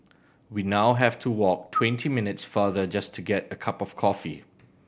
we now have to walk twenty minutes farther just to get a cup of coffee